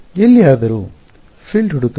ಎಲ್ಲಿಯಾದರೂ ಕ್ಷೇತ್ರವನ್ನು ಫೀಲ್ಡ್ ಹುಡುಕಲು